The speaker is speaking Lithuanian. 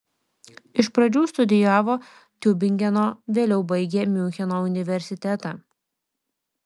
iš pradžių studijavo tiubingeno vėliau baigė miuncheno universitetą